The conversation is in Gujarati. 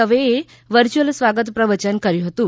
દવેએ વરર્યુઅલ સ્વાગત પ્રવચન કર્યું હતું